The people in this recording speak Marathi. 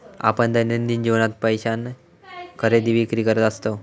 आपण दैनंदिन जीवनात पैशान खरेदी विक्री करत असतव